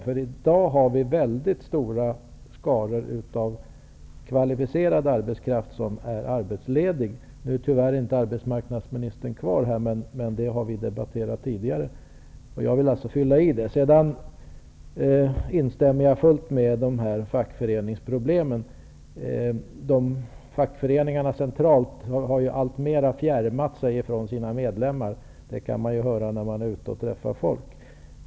Det finns i dag stora skaror av kvalificerad arbetskraft som är arbetslediga. Arbetsmarknadsministern är tyvärr inte kvar här i kammaren, men vi har fört den här diskussionen tidigare. Jag instämmer helt i det som sades om fackföreningsproblemen. De centrala fackföreningarna har alltmer fjärmat sig från sina medlemmar, vilket man får höra när man är ute och träffar folk.